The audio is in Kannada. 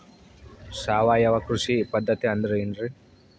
ಸಾವಯವ ಕೃಷಿ ಪದ್ಧತಿ ಅಂದ್ರೆ ಏನ್ರಿ?